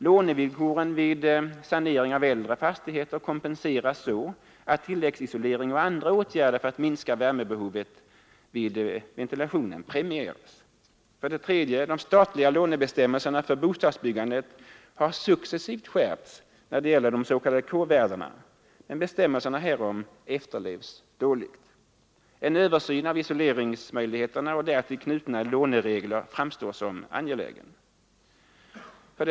Lånevillkoren vid sanering av äldre fastigheter kompenseras så att tilläggsisolering och andra åtgärder för att minska värmebehovet vid ventilationen premieras. 3. De statliga lånebestämmelserna för bostadsbyggandet har successivt skärpts när det gäller de s.k. k-värdena, men bestämmelserna härom efterlevs dåligt. En översyn av isoleringsmöjligheterna och därtill knutna låneregler framstår som angelägen.